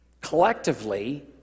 collectively